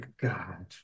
God